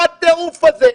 מה הטירוף הזה?